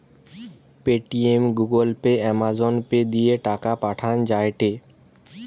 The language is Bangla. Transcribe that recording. Paytm, Google Pay, Amazon Pay দিয়ে টাকা পাঠান যায়টে